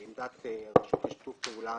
את עמדת הרשות לשיתוף פעולה